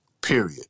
period